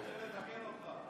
אבל אני רוצה לתקן אותך.